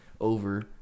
Over